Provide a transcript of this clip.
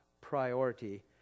priority